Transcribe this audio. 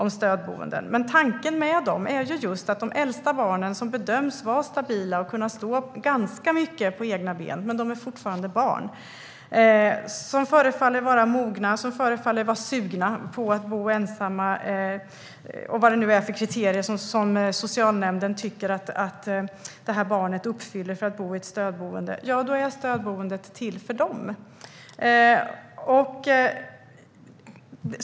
Men tanken med stödboenden är att de ska vara till för de äldsta barnen, som bedöms vara stabila och kunna stå ganska mycket på egna ben, men fortfarande är barn. Det gäller barn som förefaller vara mogna, förefaller vara sugna på att bo ensamma och vad det nu är för kriterier som socialnämnden tycker att barnen ska uppfylla för att bo i ett stödboende.